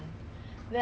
still look